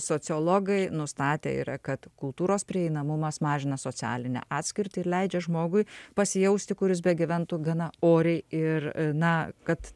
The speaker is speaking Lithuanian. sociologai nustatė kad kultūros prieinamumas mažina socialinę atskirtį ir leidžia žmogui pasijausti kur jis begyventų gana oriai ir na kad